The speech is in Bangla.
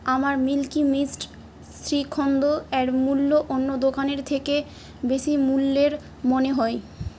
আমার মিল্কি মিস্ট শ্রীখন্দ অ্যার মূল্য অন্য দোকানের থেকে বেশি মুল্যের মনে হয়